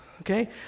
okay